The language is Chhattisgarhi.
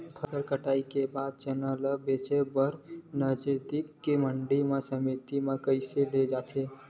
फसल कटाई के बाद चना ला बेचे बर नजदीकी मंडी या समिति मा कइसे ले जाथे?